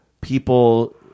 people –